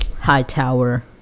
Hightower